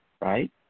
right